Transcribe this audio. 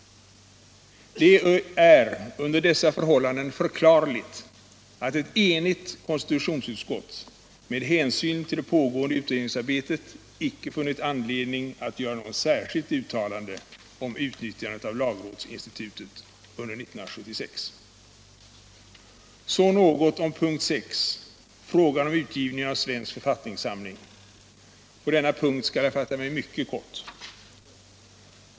Det är under dessa förhållanden förklarligt att ett enigt konstitutions I utskott med hänsyn till det pågående utredningsarbetet inte funnit an | ledning att göra något särskilt uttalande om utnyttjandet av lagrådsinstitutet under 1976. 9 Så något om punkten 6 — frågan om utgivningen av Svensk författningssamling. På denna punkt skall jag fatta mig mycket kort.